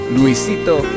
Luisito